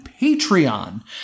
Patreon